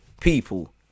people